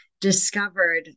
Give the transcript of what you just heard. discovered